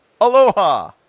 Aloha